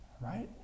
right